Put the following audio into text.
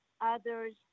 others